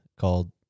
called